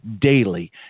daily